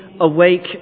awake